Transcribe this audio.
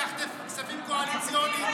לקחתם כספים קואליציוניים.